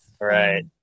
Right